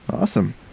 Awesome